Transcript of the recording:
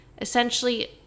essentially